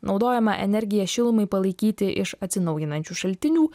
naudojama energija šilumai palaikyti iš atsinaujinančių šaltinių